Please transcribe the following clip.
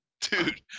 Dude